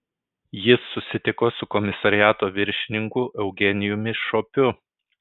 jis susitiko su komisariato viršininku eugenijumi šopiu